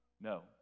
No